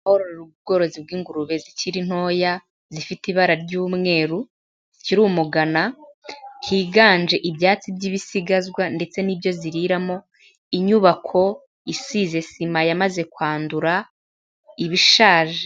Korora ubworozi bw'ingurube zikiri ntoya, zifite ibara ry'umweru, zikiri umugana, higanje ibyatsi by'ibisigazwa ndetse n'ibyo ziriramo, inyubako isize sima yamaze kwandura, iba ishaje.